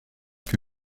que